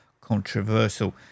controversial